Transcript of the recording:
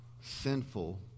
sinful